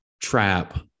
trap